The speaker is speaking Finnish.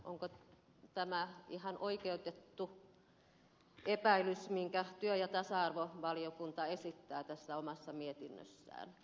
onko tämä ihan oikeutettu epäilys minkä työ ja tasa arvovaliokunta esittää tässä omassa mietinnössään